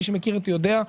מי שמכיר אותי יודע,